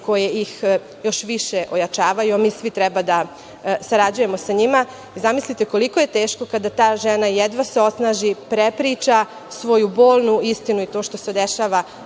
koje ih još više ojačavaju, a mi svi treba da sarađujemo sa njima. Zamislite koliko je teško kada ta žena jedva se osnaži, prepriča svoju bolnu istinu i to što se dešava